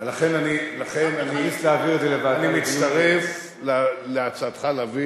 לכן אני מצטרף להצעתך להעביר את זה,